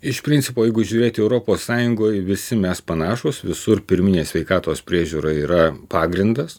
iš principo jeigu žiūrėti europos sąjungoj visi mes panašūs visur pirminė sveikatos priežiūra yra pagrindas